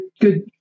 good